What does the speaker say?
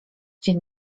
dzień